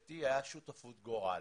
תעשייתי הייתה שותפות גורל,